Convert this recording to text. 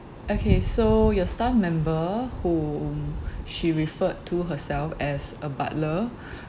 okay so your staff member whom she referred to herself as a butler